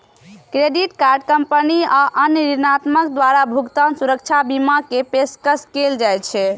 credit card company आ अन्य ऋणदाता द्वारा भुगतान सुरक्षा बीमा के पेशकश कैल जाइ छै